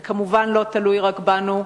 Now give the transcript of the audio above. זה כמובן לא תלוי רק בנו,